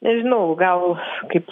nežinau gal kaip